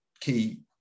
key